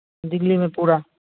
दिल्ली में पूरा